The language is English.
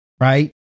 right